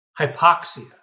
hypoxia